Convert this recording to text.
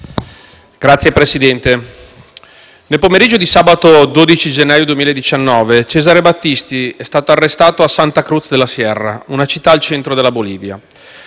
Premesso che: nel pomeriggio di sabato 12 gennaio 2019, Cesare Battisti è stato arrestato a Santa Cruz de La Sierra, una città al centro della Bolivia;